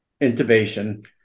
intubation